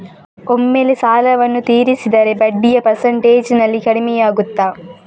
ಒಮ್ಮೆಲೇ ಸಾಲವನ್ನು ತೀರಿಸಿದರೆ ಬಡ್ಡಿಯ ಪರ್ಸೆಂಟೇಜ್ನಲ್ಲಿ ಕಡಿಮೆಯಾಗುತ್ತಾ?